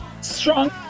strong